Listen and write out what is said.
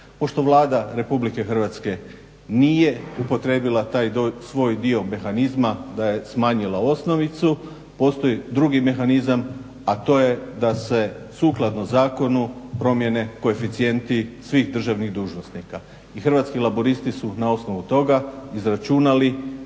Pošto Vlada RH nije upotrijebila taj svoj dio mehanizma da je smanjila osnovicu postoji drugi mehanizam, a to je da se sukladno zakonu promijene koeficijenti svih državnih dužnosnika. I Hrvatski laburisti su na osnovu toga izračunali